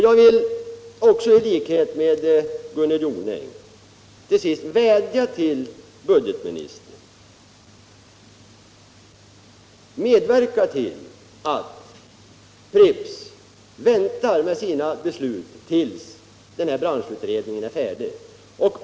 Jag vill också i likhet med Gunnel Jonäng vädja till budgetministern: Medverka till att Pripps väntar med sina beslut tills den här branschutredningen är färdig!